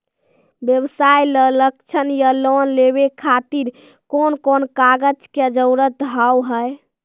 व्यवसाय ला ऋण या लोन लेवे खातिर कौन कौन कागज के जरूरत हाव हाय?